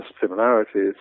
similarities